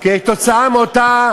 כתוצאה מאותה